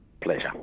Pleasure